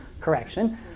correction